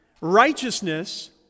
righteousness